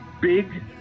big